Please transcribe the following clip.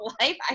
life